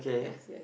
yes yes